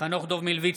חנוך דב מלביצקי,